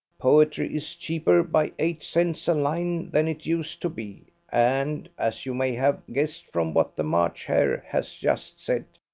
poetry is cheaper by eight cents a line than it used to be, and, as you may have guessed from what the march hare has just said,